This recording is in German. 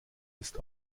ist